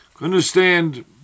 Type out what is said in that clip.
understand